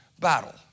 Battle